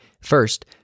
First